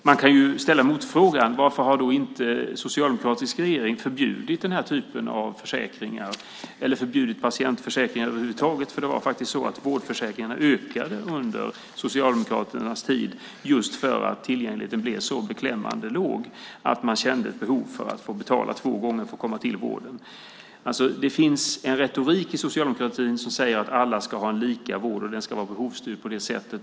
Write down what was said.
Man kan ställa motfrågan: Varför har inte en socialdemokratisk regering förbjudit den här typen av försäkringar? Varför har man inte förbjudit patientförsäkringar över huvud taget? Det var faktiskt så att vårdförsäkringarna ökade under Socialdemokraternas tid, just för att tillgängligheten blev så beklämmande låg att man kände ett behov av att få betala två gånger för att komma till vården. Det finns en retorik i socialdemokratin som säger att alla ska ha lika vård och att den ska vara behovsstyrd på det sättet.